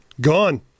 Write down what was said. Gone